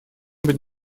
быть